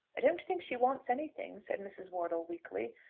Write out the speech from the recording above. i don't think she wants anything, said mrs. wortle, weakly.